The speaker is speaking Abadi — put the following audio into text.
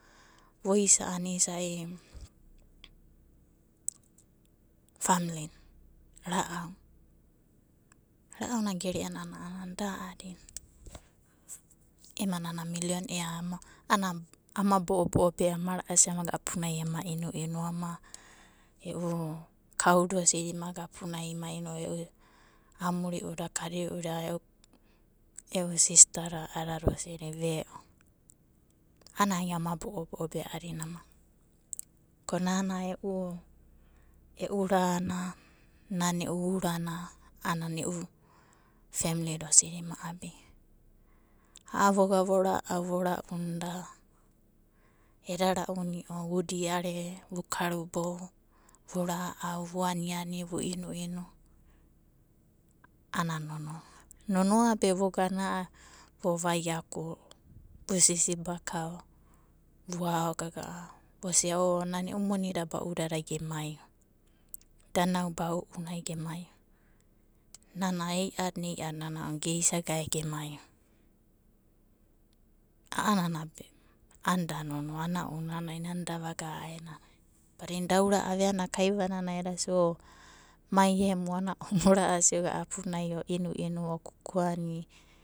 Voisa a'ana isa'i famli ra'au, ra'auna gere'anana a'ana da a'adina ema nana milion ea a'ana ama bo'obo'o be ama ra'asi amagana apunai ama inuinu ama e'u kauda osidi imaga aounai ima inuinu. Amuri'uda kadi'uda a'a e'u sista da a'adada osidi ve'o a'anai ama bo'obo'o be a'adina amaka. Ko nana e'u rana nana e'u urana anana e'u femlida osidi ima abia. A'a voga vora'u voga vora'unda, eda ra'uni'o vudiare vukarubou vura'au vuaniani, vu inuinu ana nonoa be vogana a'a vovaikau, vo sisibakao, voaogaga'a vosia o nana e'u monida ba'udadai gemaiva da nau bau'unai gemaiva. Nana ei'adna i'iadina ounanai geisage gemaiva a'anana be a'anda da nonoa ounanai nana da vagana badina da aurava aveana kaivananai edasia o mai emu ana ounanai oga apuna o inuinu o kukuan.